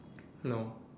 no